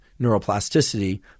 neuroplasticity